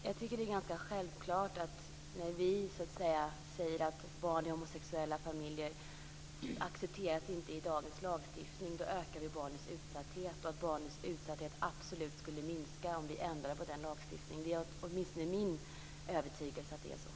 Fru talman! Det är ganska självklart att vi, när vi säger att barn i homosexuella familjer inte accepteras i dagens lagstiftning, ökar barnens utsatthet. Barnens utsatthet skulle absolut minska om vi ändrade på den lagstiftningen. Det är min övertygelse att det är så.